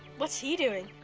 what's he doing?